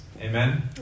Amen